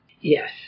Yes